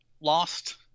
Lost